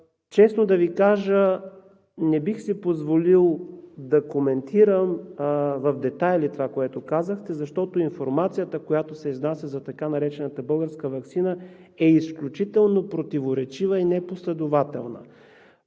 честно да Ви кажа, не бих си позволил да коментирам в детайли това, което казахте, защото информацията, която се изнася за така наречената българска ваксина, е изключително противоречива и непоследователна.